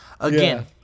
Again